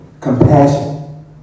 Compassion